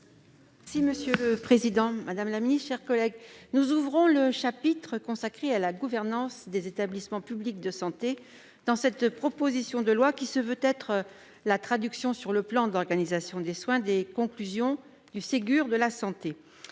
parole est à Mme Michelle Meunier, sur l'article. Nous ouvrons le chapitre consacré à la gouvernance des établissements publics de santé, dans cette proposition de loi qui se veut être la traduction sur le plan de l'organisation des soins des conclusions du Ségur de la santé.